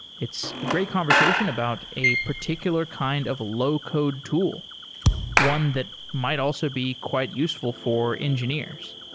it's a great conversation about a particular kind of low code tool one that might also be quite useful for engineers